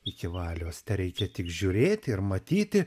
iki valios tereikia tik žiūrėti ir matyti